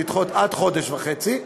לדחות עד חודש וחצי,